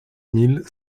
mille